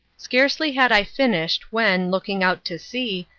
scarcely had i finished when, looking out to sea,